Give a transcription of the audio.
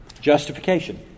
Justification